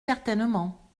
certainement